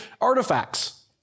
artifacts